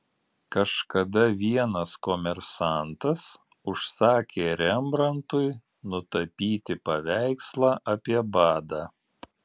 kažkada vienas komersantas užsakė rembrandtui nutapyti paveikslą apie badą